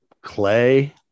clay